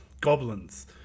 goblins